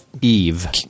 Eve